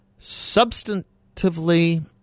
Substantively